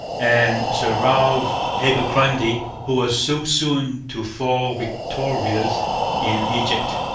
and sir ralph abercromby, who was so soon to fall victorious in egypt.